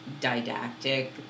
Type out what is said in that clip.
didactic